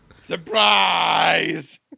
Surprise